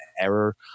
error